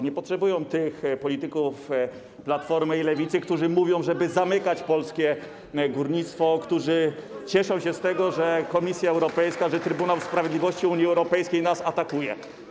Nie potrzebują tych polityków Platformy i Lewicy, którzy mówią, żeby zamykać polskie górnictwo, którzy cieszą się z tego, że Komisja Europejska, Trybunał Sprawiedliwości Unii Europejskiej nas atakują.